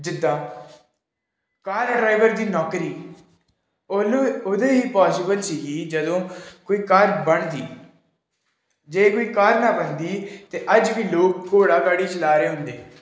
ਜਿੱਦਾਂ car driver ਦੀ ਨੌਕਰੀ ਉਹਨੂੰ ਉਹਦੇ ਹੀ ਪੋਸੀਬਲ ਸੀਗੀ ਜਦੋਂ ਕੋਈ ਕਾਰ ਬਣ ਗਈ ਜੇ ਕੋਈ ਕਾਰ ਨਾ ਬਣਦੀ ਤਾਂ ਅੱਜ ਵੀ ਲੋਕ ਘੋੜਾ ਗਾਡੀ ਚਲਾ ਰਹੇ ਹੁੰਦੇ